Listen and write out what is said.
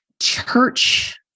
church